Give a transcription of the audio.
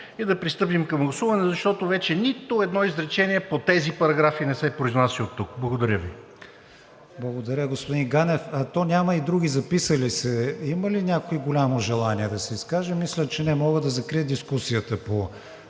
и да пристъпим към гласуване, защото вече нито едно изречение по тези параграфи не се произнася от тук. Благодаря Ви. ПРЕДСЕДАТЕЛ КРИСТИАН ВИГЕНИН: Благодаря, господин Ганев. То няма и други записали се. Има ли някой голямо желание да се изкаже? Мисля, че не. Мога да закрия дискусията по